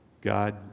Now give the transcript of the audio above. God